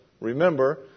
remember